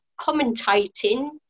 commentating